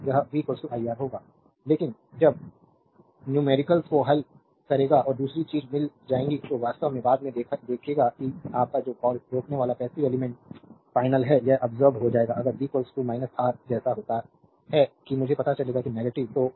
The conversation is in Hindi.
तो यह v iR होगा लेकिन जब न्यूमेरिकल्स को हल करेगा और दूसरी चीज मिल जाएगी जो वास्तव में बाद में देखेगा कि आपका जो कॉल रोकनेवाला पैसिव एलिमेंट्स फाइनल है वह अब्सोर्बेद हो जाएगा अगर v R ऐसा होता है कि मुझे पता चलेगा कि नेगेटिव हो